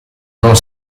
non